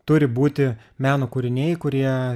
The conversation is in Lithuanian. turi būti meno kūriniai kurie